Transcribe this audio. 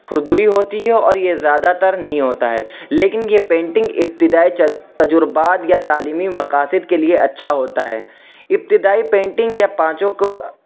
کھردری ہوتی ہے اور یہ زیادہ تر نہیں ہوتا ہے لیکن یہ پینٹنگ ابتدائی تجربات یا تعلیمی مقاصد کے لیے اچھا ہوتا ہے ابتدائی پینٹنگ یا پانچوں کو